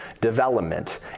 development